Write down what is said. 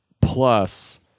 plus